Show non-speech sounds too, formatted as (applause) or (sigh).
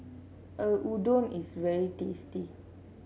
(hesitation) udon is very tasty